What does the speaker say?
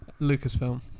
Lucasfilm